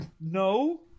No